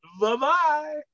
Bye-bye